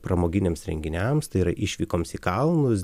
pramoginiams renginiams tai yra išvykoms į kalnus